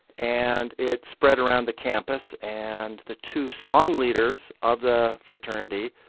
and it spread around the campus. and the two song leaders of the fraternity,